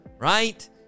right